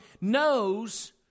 knows